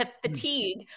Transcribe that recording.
fatigue